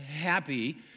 happy